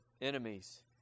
enemies